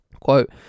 Quote